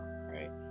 right